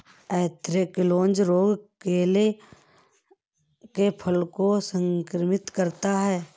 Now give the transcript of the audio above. anthracnose रोग केले के फल को संक्रमित करता है